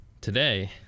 today